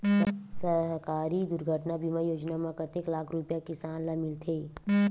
सहकारी दुर्घटना बीमा योजना म कतेक लाख रुपिया किसान ल मिलथे?